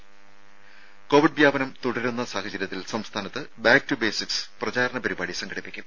ത കോവിഡ് വ്യാപനം തുടരുന്ന സാഹചര്യത്തിൽ സംസ്ഥാനത്ത് ബാക് ടു ബേസിക്സ് പ്രചാരണപരിപാടി സംഘടിപ്പിക്കും